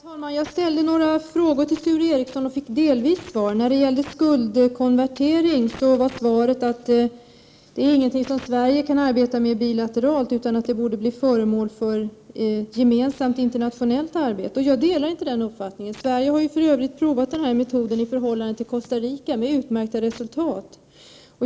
Herr talman! Jag ställde några frågor till Sture Ericson och fick delvis svar på dem. På min fråga om skuldkonvertering var svaret att det inte är något som Sverige kan arbeta med bilateralt utan något som bör bli föremål för gemensamt internationellt arbete. Jag delar inte den uppfattningen. Sverige har för övrigt prövat det här metoden i förhållande till Costa Rica med utmärkt resultat.